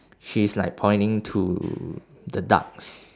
she's like pointing to the ducks